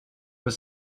was